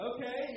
Okay